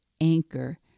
anchor